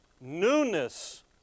Newness